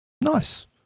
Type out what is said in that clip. Nice